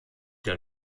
der